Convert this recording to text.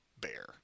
bear